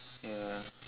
ya